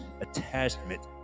attachment